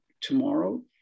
tomorrow